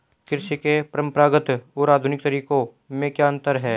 कृषि के परंपरागत और आधुनिक तरीकों में क्या अंतर है?